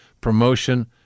promotion